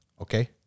Okay